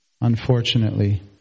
unfortunately